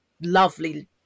lovely